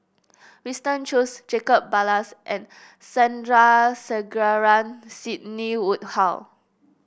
Winston Choos Jacob Ballas and Sandrasegaran Sidney Woodhull